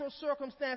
circumstances